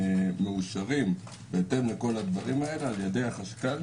מאושרים בהתאם לכל הדברים האלה על-ידי החשכ"ל